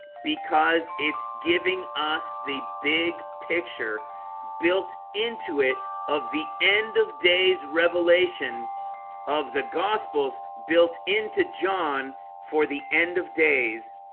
because it's giving us the big picture built into it of the end of days revelation of the gospels built into john for the end of days